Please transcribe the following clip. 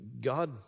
God